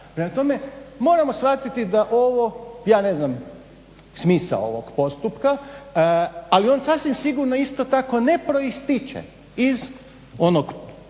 Prema tome, moramo shvatiti da ovo, ja ne znam smisao ovog postupka. Ali on sasvim sigurno isto tako ne proističe iz onog dokumenta